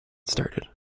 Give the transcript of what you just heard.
started